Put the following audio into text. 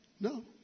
No